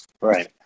Right